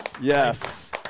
Yes